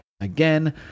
again